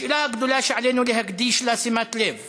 השאלה הגדולה שעלינו להקדיש לה שימת לב